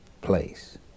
place